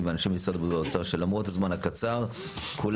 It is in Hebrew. והאנשים ממשרד הבריאות והאוצר שלמרות הזמן הקצר כולם